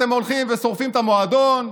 אתם הולכים ושורפים את המועדון,